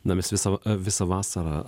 na mes visą visą vasarą